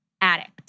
addict